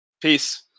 Peace